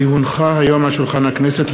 כי הונחה היום על שולחן הכנסת,